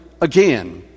again